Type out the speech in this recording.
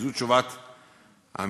זו תשובת המשרד,